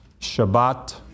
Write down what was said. Shabbat